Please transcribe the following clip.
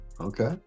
okay